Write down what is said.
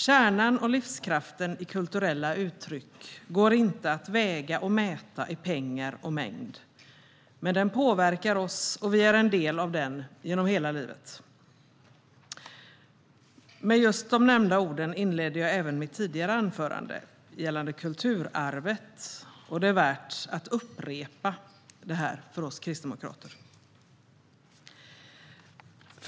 Kärnan och livskraften i kulturella uttryck går inte att väga och mäta i pengar och mängd, men den påverkar oss och vi är en del av den genom hela livet. Med just nämnda ord inledde jag även mitt tidigare anförande gällande "Kulturarvet", och det är värt att upprepa för oss kristdemokrater.